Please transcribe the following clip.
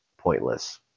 pointless